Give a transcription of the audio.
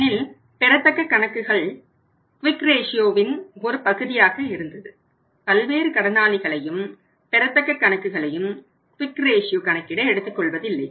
ஏனெனில் பெறத்தக்க கணக்குகள் க்விக் ரேஷியோவின் கணக்கிட எடுத்துக் கொள்வதில்லை